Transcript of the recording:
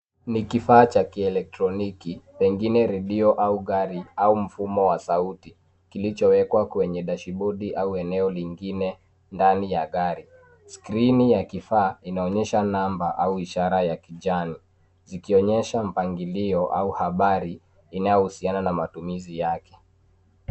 Ni kifaa cha kielektroniki pengine redio au gari, au mfumo wa sauti kilichowekwa kwenye dashibodi au eneo lingine ndani ya gari. Skrini ya kifaa inaonyesha namba au ishara ya kijani zikionyesha mpangilio au habari inayohusiana na matumizi yake.